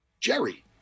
Jerry